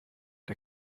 der